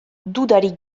dudarik